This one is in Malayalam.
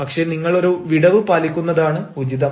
പക്ഷേ നിങ്ങൾ ഒരു വിടവ് പാലിക്കുന്നതാണ് ഉചിതം